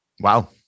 Wow